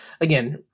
again